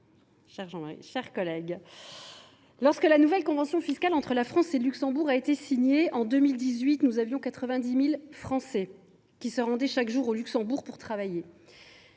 chers collègues, en 2018, lorsque la nouvelle convention fiscale entre la France et le Luxembourg a été signée, 90 000 Français se rendaient chaque jour au Luxembourg pour travailler.